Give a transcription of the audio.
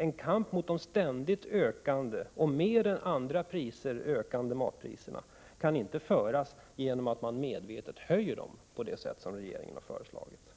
En kamp mot de ständigt ökande — och mer än andra priser ökande — matpriserna kan inte föras genom en medveten höjning av dem, som regeringen har föreslagit.